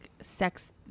sex